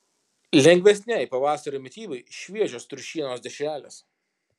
lengvesnei pavasario mitybai šviežios triušienos dešrelės